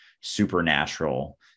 supernatural